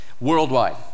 Worldwide